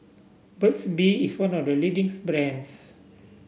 Burt's Bee is one of the leading's brands